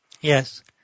Yes